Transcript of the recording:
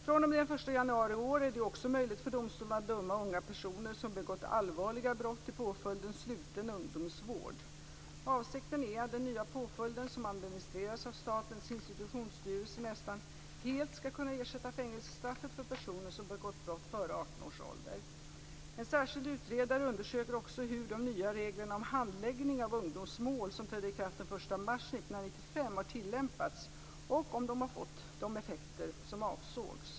fr.o.m. den 1 januari i år är det också möjligt för domstolarna att döma unga personer som begått allvarliga brott till påföljden sluten ungdomsvård. Avsikten är att denna nya påföljd, som administreras av Statens institutionsstyrelse, nästan helt skall kunna ersätta fängelsestraffen för personer som begått brott före 18 års ålder. En särskild utredare undersöker också hur de nya regler om handläggning av ungdomsmål som trädde i kraft den 1 mars 1995 har tillämpats och om de fått de effekter som avsågs.